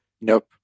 Nope